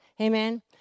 Amen